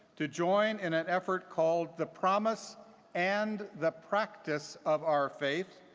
to join in an effort called the promise and the practice of our faith,